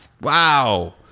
Wow